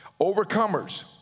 overcomers